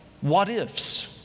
what-ifs